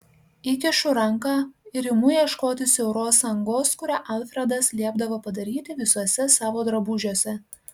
įkišu ranką ir imu ieškoti siauros angos kurią alfredas liepdavo padaryti visuose savo drabužiuose